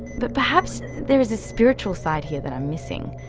but perhaps there is a spiritual side here that i'm missing.